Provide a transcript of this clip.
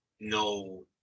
no